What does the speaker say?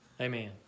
Amen